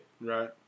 Right